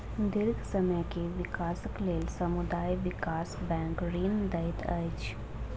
दीर्घ समय के विकासक लेल समुदाय विकास बैंक ऋण दैत अछि